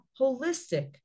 holistic